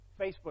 Facebook